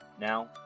Now